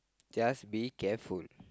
just be careful